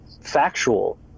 factual